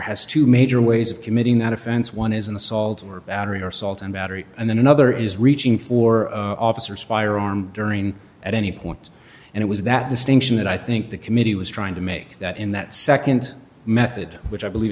has two major ways of committing that offense one is an assault or battery or salt and battery and then another is reaching for officers firearm during at any point and it was that distinction that i think the committee was trying to make that in that second method which i believe